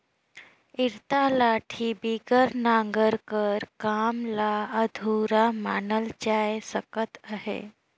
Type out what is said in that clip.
इरता लाठी बिगर नांगर कर काम ल अधुरा मानल जाए सकत अहे